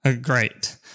Great